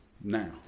now